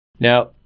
Now